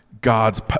God's